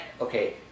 okay